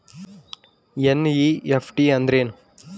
NEFT ಅಂದ್ರೆನು?